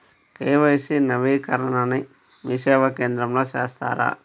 KYC నవీకరణని మీసేవా కేంద్రం లో చేస్తారా?